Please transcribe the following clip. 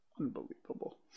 unbelievable